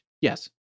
yes